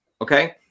okay